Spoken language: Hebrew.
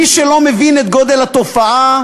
מי שלא מבין את גודל התופעה,